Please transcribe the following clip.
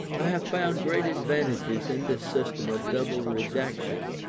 i have found great advantages in this system of double redaction.